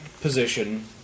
position